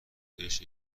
بهش